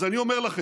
אז אני אומר לכם,